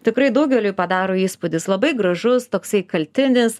tikrai daugeliui padaro įspūdį jis labai gražus toksai kaltinis